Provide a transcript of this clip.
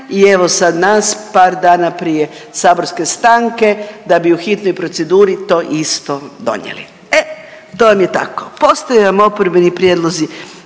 i evo sad nas par dana prije saborske stanke da bi u hitnoj proceduri to isto donijeli. E to vam je tako, postoje vam oporbeni prijedlozi